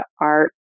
art